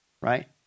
right